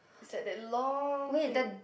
it's like that long thing